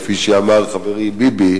כפי שאמר חברי ביבי,